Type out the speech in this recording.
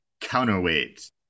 counterweight